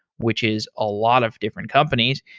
which is a lot of different companies,